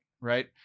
right